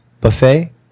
buffet